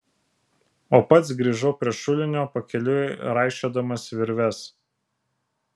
o pats grįžau prie šulinio pakeliui raišiodamas virves